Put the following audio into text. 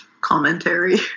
commentary